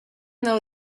though